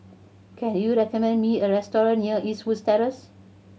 can you recommend me a restaurant near Eastwood Terrace